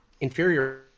inferior